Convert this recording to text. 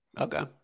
okay